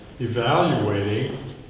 evaluating